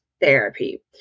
therapy